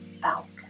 falcon